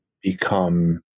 become